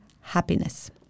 happiness